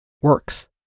works